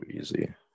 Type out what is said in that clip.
easy